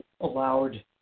allowed